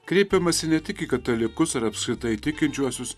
kreipiamasi ne tik į katalikus ir apskritai tikinčiuosius